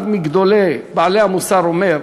אחד מגדולי בעלי המוסר אומר,